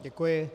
Děkuji.